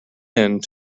end